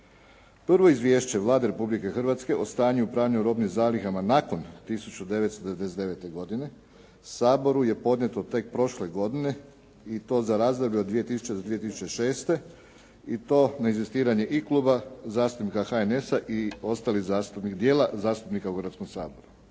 Prvo izvješće Vlade Republike Hrvatske o stanju … /Govornik se ne razumije./ … robnim zalihama nakon 1999. godine, Saboru je podnijeto tek prošle godine i to za razdoblje od 2000. do 2006. i to na inzistiranje i Kluba zastupnika HNS-a i ostalih zastupnih dijela zastupnika u Hrvatskom saboru.